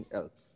else